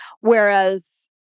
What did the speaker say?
Whereas